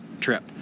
trip